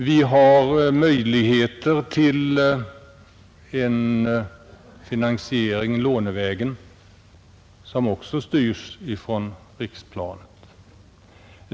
Vi har vidare tänkbara möjligheter till en finansiering lånevägen som också styrs från riksplanet.